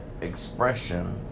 expression